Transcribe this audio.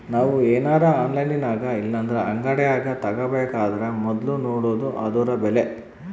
ನಾವು ಏನರ ಆನ್ಲೈನಿನಾಗಇಲ್ಲಂದ್ರ ಅಂಗಡ್ಯಾಗ ತಾಬಕಂದರ ಮೊದ್ಲು ನೋಡಾದು ಅದುರ ಬೆಲೆ